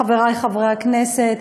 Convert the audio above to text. חברי חברי הכנסת,